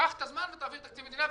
קח את הזמן ותביא תקציב מדינה.